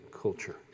Culture